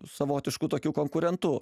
savotišku tokiu konkurentu